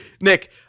Nick